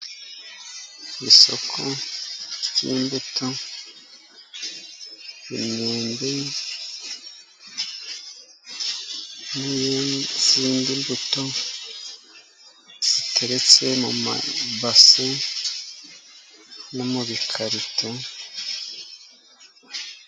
Isoko ry'imbuto, imyembe n'izindi mbuto ziteretse mu mabase no mu bikarito.